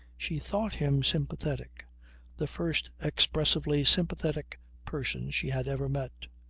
she thought him sympathetic the first expressively sympathetic person she had ever met.